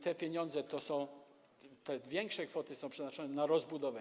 Te pieniądze, te większe kwoty są przeznaczone na rozbudowę.